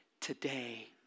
today